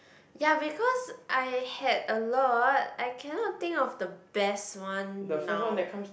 ya because I had a lot I cannot think of the best one now